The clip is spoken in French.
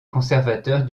conservateur